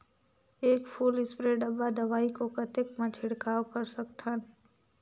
एक full spray डब्बा दवाई को कतेक म छिड़काव कर सकथन?